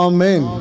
Amen